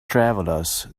travelers